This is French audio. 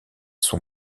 son